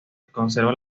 conserva